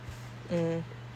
mm